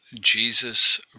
Jesus